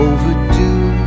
Overdue